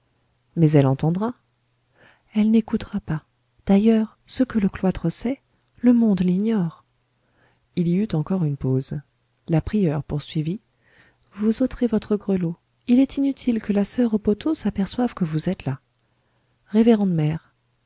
mais elle entendra elle n'écoutera pas d'ailleurs ce que le cloître sait le monde l'ignore il y eut encore une pause la prieure poursuivit vous ôterez votre grelot il est inutile que la soeur au poteau s'aperçoive que vous êtes là révérende mère